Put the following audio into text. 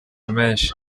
menshi